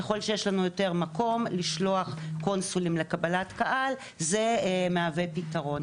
ככל שיש לנו יותר מקום לשלוח קונסולים לקבלת קהל זה מהווה פתרון.